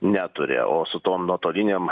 neturi o su tom nuotolinėm